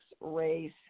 race